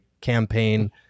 campaign